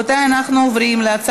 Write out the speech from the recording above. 66 חברי כנסת בעד, אין מתנגדים,